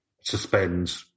suspend